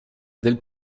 del